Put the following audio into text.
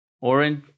orange